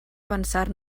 pensar